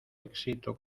éxito